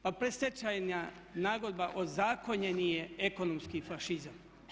Pa predstečajna nagodba ozakonjeni je ekonomski fašizam.